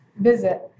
visit